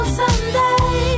someday